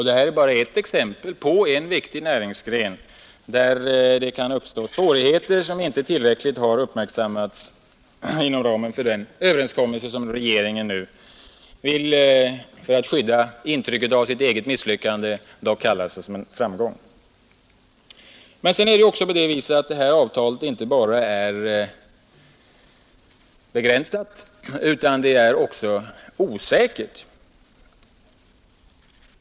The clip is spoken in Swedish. Detta är bara ett exempel på hur det i en viktig näringsgren kan uppstå svårigheter, som inte tillräckligt har uppmärksammats inom ramen för den överenskommelse som regeringen, för att dölja intrycket av sitt eget misslyckande, nu vill kalla för en framgång. Men detta avtal är inte bara begränsat utan även osäkert.